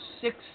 six